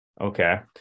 Okay